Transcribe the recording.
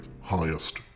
highest